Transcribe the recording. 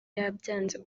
yabyanze